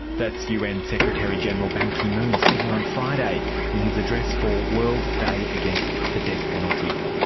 that's un secretary-general ban ki-moon speaking on friday in his address for world day against the death penalty.